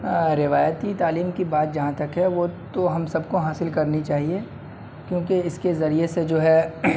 روایتی تعلیم کی بات جہاں تک ہے وہ تو ہم سب کو حاصل کرنی چاہیے کیوںکہ اس کے ذریعے سے جو ہے